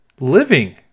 living